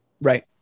Right